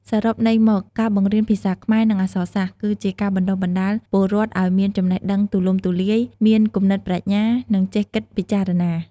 សរុបន័យមក ការបង្រៀនភាសាខ្មែរ និងអក្សរសាស្ត្រ គឺជាការបណ្ដុះបណ្ដាលពលរដ្ឋឱ្យមានចំណេះដឹងទូលំទូលាយ មានគំនិតប្រាជ្ញា និងចេះគិតពិចារណា។